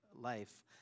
life